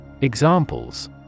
Examples